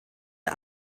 der